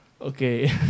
Okay